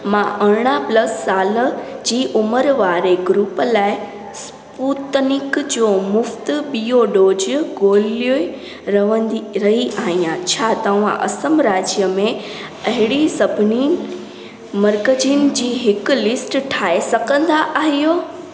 मां अरड़हं प्लस साल जी उमिरि वारे ग्रूप लाइ स्पूतनिक जो मुफ़्ति ॿियों डोज़ ॻोल्हे रहंदी रही आहियां छा तव्हां असम राज्य में अहिड़ी सभिनी मर्कज़नि जी हिकु लिस्ट ठाहे सघंदा आहियो